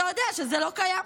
אתה יודע שזה לא קיים.